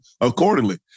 accordingly